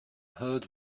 heard